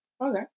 Okay